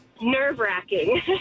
nerve-wracking